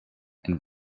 and